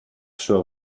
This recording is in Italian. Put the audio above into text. sua